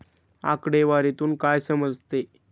आकडेवारीतून काय समजते?